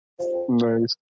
Nice